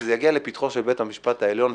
וכשזה יגיע לפתחו של בית המשפט העליון,